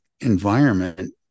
environment